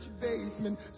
basement